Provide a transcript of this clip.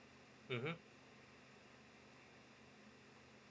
mmhmm